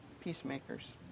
peacemakers